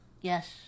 Yes